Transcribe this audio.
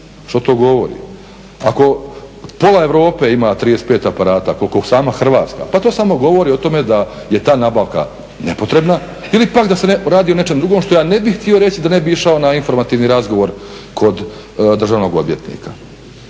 što to govori? Ako pola Europe ima 35 aparata koliko sama Hrvatska, pa to samo govori o tome da je ta nabavka nepotrebna ili pak da se radi o nečem drugom što ja ne bih htio reći da ne bi išao na informativni razgovor kod državnog odvjetnika.